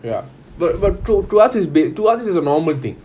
ya but but to us is b~ to us is a normal thing